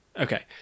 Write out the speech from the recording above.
Okay